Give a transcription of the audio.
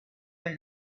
del